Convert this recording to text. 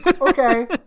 okay